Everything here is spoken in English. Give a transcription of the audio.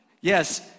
Yes